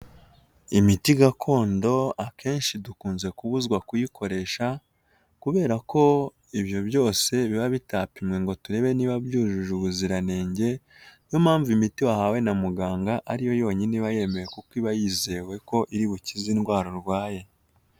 Imiti gakondo akenshi dukunze kubuzwa kuyikoresha kubera ko ibyo byose biba bitapimwe ngo turebe niba byujuje ubuziranenge, niyo mpamvu imiti wahawe na muganga ari yo yonyine iba yemewe kuko iba yizewe ko iri bukize indwara urwaye.